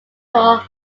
were